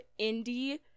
indie